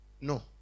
No